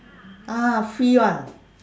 ah free one